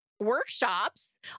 workshops